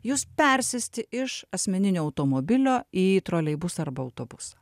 jus persėsti iš asmeninio automobilio į troleibusą arba autobusą